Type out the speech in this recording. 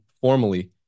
formally